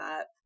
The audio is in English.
up